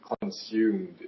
consumed